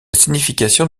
signification